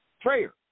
Prayer